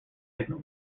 signal